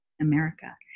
america